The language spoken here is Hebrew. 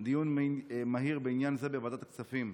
לבקשתי דיון מהיר בעניין זה בוועדת הכספים.